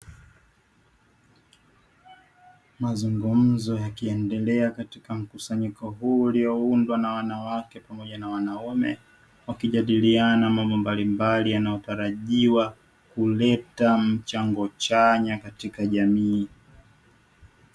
Mazungumzo yakiendelea katika mkusanyiko huu ulioundwa na wanawake pamoja na wanaume wakijadiliana mambo mbalimbali yanayotarajiwa kuleta mchango chanya katika jamii.